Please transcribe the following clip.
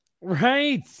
right